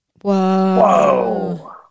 Whoa